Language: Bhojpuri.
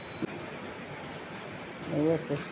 निवेस स्टॉक ह वाहे बॉन्ड, वाहे संपत्ति